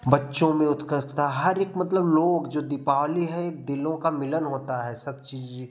बच्चों में उत्कर्ष का हर एक मतलब लोग जो दीपावली है ये दिलों का मिलन होता है सब चीज